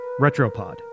Retropod